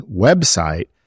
website